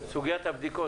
אף במדינה